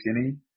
skinny